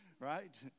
right